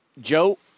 Joe